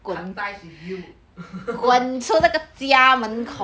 kanpai to you